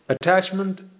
Attachment